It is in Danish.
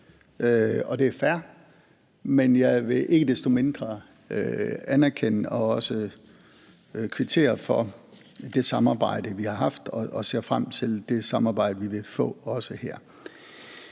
det er fair, men jeg vil ikke desto mindre anerkende og også kvittere for det samarbejde, vi har haft, og ser frem til det samarbejde, vi også vil få her.